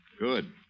Good